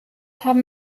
haben